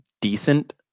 decent